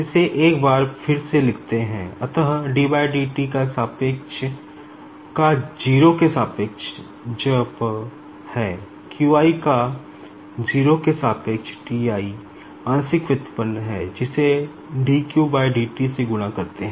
इसे एक बार फिर से लिखते है अतः ddt का 0 के सापेक्ष ज् प है q j का 0 के सापेक्ष T i आंशिक व्युत्पन्न है जिसे dqdt से गुणा करते है